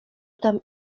tam